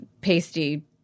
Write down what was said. pasty